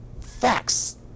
facts